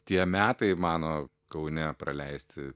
tie metai mano kaune praleisti